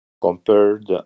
compared